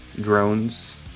drones